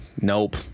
nope